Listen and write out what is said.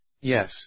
Yes